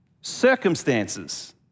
Circumstances